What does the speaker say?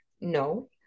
No